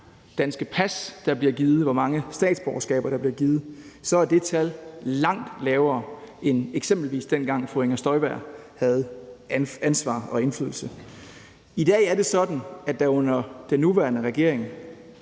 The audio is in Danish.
hvor mange statsborgerskaber der bliver givet, er det tal langt lavere end eksempelvis dengang, da fru Inger Støjberg havde ansvar og indflydelse. I dag er det sådan, at der under den nuværende regering